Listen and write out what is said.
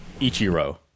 ichiro